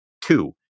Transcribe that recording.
Two